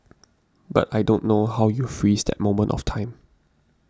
but I don't know how you freeze that moment of time